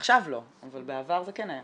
עכשיו לא אבל בעבר זה כן היה.